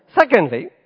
Secondly